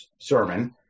sermon